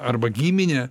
arba giminę